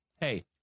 hey